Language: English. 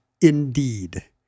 Indeed